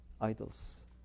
idols